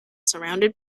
surrounded